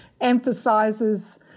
emphasizes